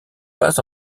pas